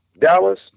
Dallas